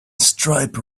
stripe